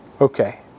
okay